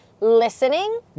listening